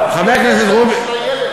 אני חושב שזה בשביל הילד.